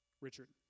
Richard